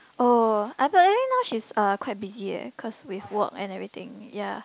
oh I but I think now she's uh quite busy eh cause with work and everything ya